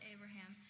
Abraham